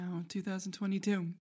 2022